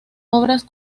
obras